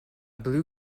blue